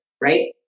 Right